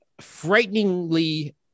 frighteningly